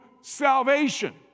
salvation